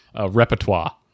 repertoire